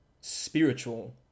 spiritual